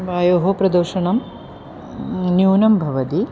वायोः प्रदूषणं न्यूनं भवति